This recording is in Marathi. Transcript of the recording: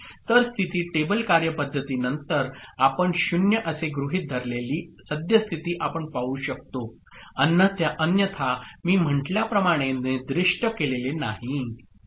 तर स्थिती टेबल कार्यपदधती नंतर आपण 0 असे गृहित धरलेली सद्यस्थिती आपण पाहू शकतो अन्यथा मी म्हटल्याप्रमाणे निर्दिष्ट केलेले नाही